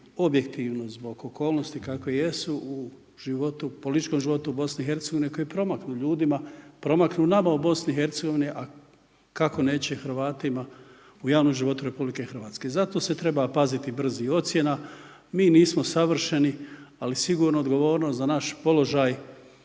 objektivno zbog okolnosti kakve jesu zbog u životu, političkom životu u BIH, koji promaknu ljudima, promaknu nama u BIH, a kako neće Hrvatima u javnom životu u RH. Zato se treba paziti brzih ocjena, mi nismo savršeni, ali sigurno odgovornost za naš položaj